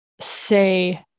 say